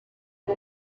uko